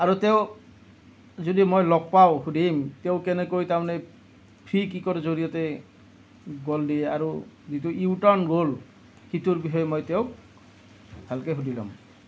আৰু তেওঁক যদি মই লগ পাওঁ সুধিম তেওঁ কেনেকৈ তাৰমানে ফ্ৰী কিকৰ জৰিয়তে গোল দিয়ে আৰু যিটো ইউ টাৰ্ন গোল সেইটোৰ বিষয়ে মই তেওঁক ভালকৈ সুধি ল'ম